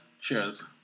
Cheers